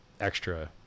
extra